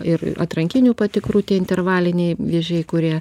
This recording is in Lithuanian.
ir atrankinių patikrų tie intervaliniai vėžiai kurie